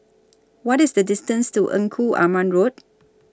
What IS The distance to Engku Aman Road